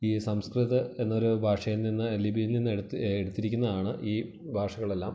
ഈ സംസ്കൃതം എന്നൊരു ഭാഷയിൽ നിന്ന് ലിപിയിൽ നിന്നെടു എടുത്തിരിക്കുന്നതാണ് ഈ ഭാഷകളെല്ലാം